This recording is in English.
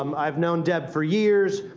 um i've known deb for years.